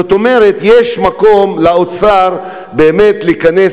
זאת אומרת שיש מקום לאוצר באמת להיכנס